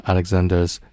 Alexander's